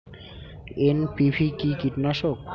NPV কি কীটনাশক?